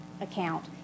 account